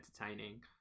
entertaining